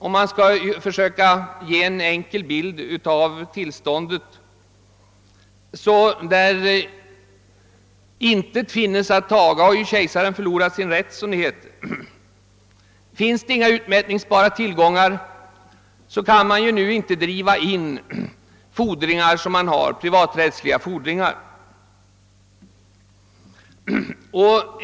Om man skall försöka ge en enkel bild av hur det är nu kan man säga, att där intet finns att taga har kejsaren förlorat sin rätt. Finns det inga utmätningsbara tillgångar kan man inte nu driva in privaträttsliga fordringar.